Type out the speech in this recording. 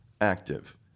Active